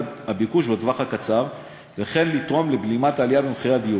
הביקוש בטווח הקצר וכן לתרום לבלימת העלייה במחירי הדיור.